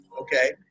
Okay